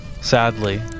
Sadly